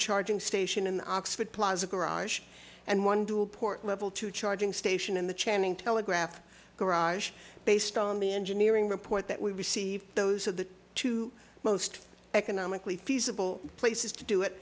charging station in oxford plaza garage and one to a port level two charging station in the chanting telegraph garage based on the engineering report that we receive those are the two most economically feasible places to do it